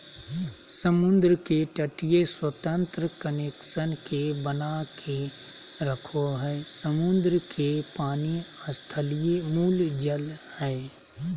समुद्र के तटीय स्वतंत्र कनेक्शन के बनाके रखो हइ, समुद्र के पानी स्थलीय मूल जल हइ